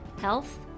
Health